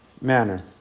manner